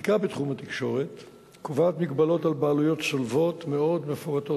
החקיקה בתחום התקשורת קובעת מגבלות על בעלויות צולבות מאוד מפורטות,